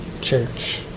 church